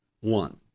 One